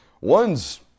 One's